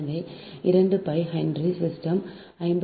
எனவே 2 pi 50 hertz system 50 முதல் 0